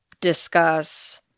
discuss